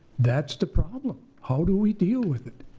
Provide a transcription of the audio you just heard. that's the problem, how do we deal with it?